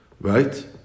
right